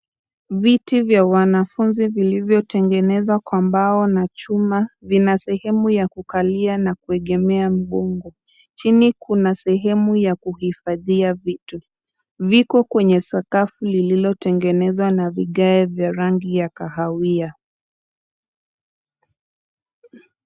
Viti vya wanafunzi vilivyotengenezwa kwa mbao na chuma, vina sehemu ya kukalia na kuegemea mgongo. Chini kuna sehemu ya kuhifadhia vitu. Viko kwenye sakafu iliyotengenezwa kwa vigae vya rangi ya kahawia.